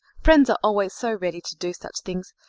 friends are always so ready to do such things.